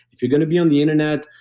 if you're going to be on the internet,